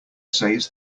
says